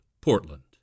Portland